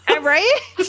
right